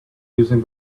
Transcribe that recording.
using